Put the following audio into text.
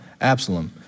Absalom